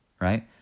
right